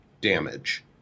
damage